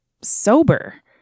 sober